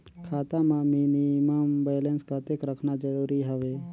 खाता मां minimum balance कतेक रखना जरूरी हवय?